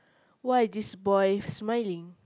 why this boy smiling